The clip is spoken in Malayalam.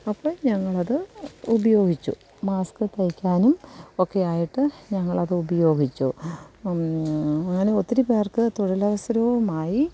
അപ്പം ഞങ്ങളത് ഉപയോഗിച്ചു മാസ്ക് തയ്ക്കാനും ഒക്കെയായിട്ട് ഞങ്ങളത് ഉപയോഗിച്ചു അങ്ങനെ ഒത്തിരി പേർക്ക് തൊഴിലവസരവും ആയി